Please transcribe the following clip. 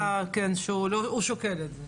הוא התבטא, כן, שהוא שוקל את זה.